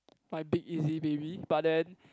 my big easy baby but then